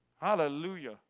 Hallelujah